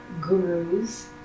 gurus